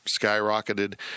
skyrocketed